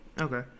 Okay